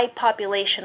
population